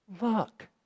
look